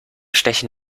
stechen